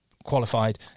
qualified